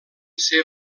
ser